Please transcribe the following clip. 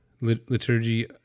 liturgy